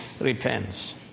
repents